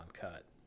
cut